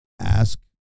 ask